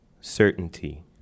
certainty